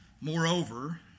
moreover